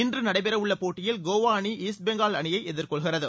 இன்று நடைபெறவுள்ள போட்டியில் கோவா அணி ஈஸ்ட் பெங்கால் அணியை எதிர்கொள்கிறது